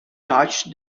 touched